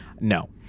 No